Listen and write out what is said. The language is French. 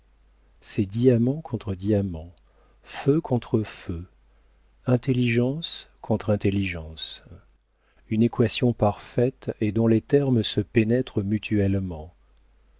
c'est diamant contre diamant feu contre feu intelligence contre intelligence une équation parfaite et dont les termes se pénètrent mutuellement